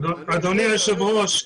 אדוני היושב ראש,